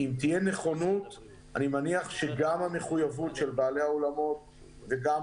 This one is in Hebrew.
אני מניח שגם המחויבות של בעלי האולמות וגם